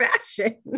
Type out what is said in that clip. fashion